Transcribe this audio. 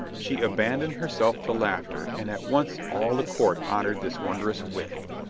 she abandoned herself to laughter, and at once all the court honored this wondrous wit.